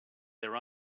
their